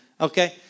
Okay